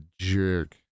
jerk